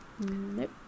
Nope